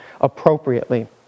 appropriately